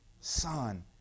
Son